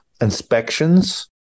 inspections